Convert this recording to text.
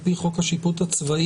על פי חוק השיפוט הצבאי,